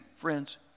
friends